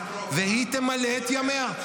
והיא תמלא את ימיה.